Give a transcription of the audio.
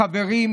חברים,